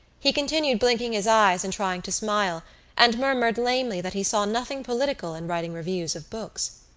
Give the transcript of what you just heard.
he continued blinking his eyes and trying to smile and murmured lamely that he saw nothing political in writing reviews of books.